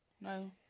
No